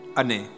ane